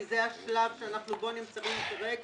כי זה השלב שאנחנו נמצאים בו כרגע.